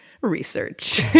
research